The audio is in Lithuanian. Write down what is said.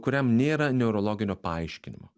kuriam nėra neurologinio paaiškinimo